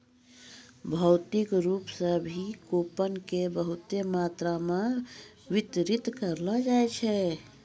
भौतिक रूप से भी कूपन के बहुते मात्रा मे वितरित करलो जाय छै